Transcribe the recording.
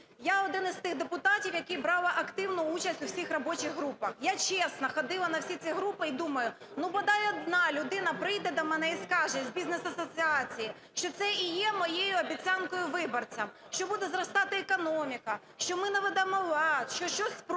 Я один із тих депутатів, яка брали активну участь у всіх робочих групах. Я чесно ходила на всі ці групи. І думаю, ну, бодай одна людина прийде до мене і скаже, з бізнес-асоціації, що це і є моєю обіцянкою виборцям, що буде зростати економіка, що ми наведемо лад, що щось спроститься.